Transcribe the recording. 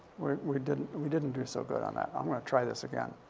we're we didn't we didn't do so good on that. i'm gonna try this again.